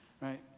right